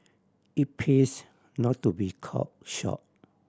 it pays not to be caught short